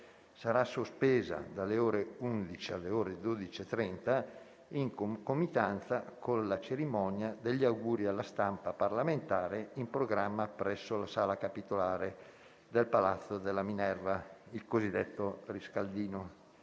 sarà sospesa, dalle ore 11 alle ore 12,30, in concomitanza con la cerimonia degli auguri alla stampa parlamentare, in programma presso la Sala Capitolare del Palazzo della Minerva (il cosiddetto riscaldino).